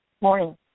Morning